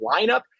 lineup